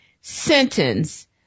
sentence